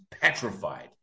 petrified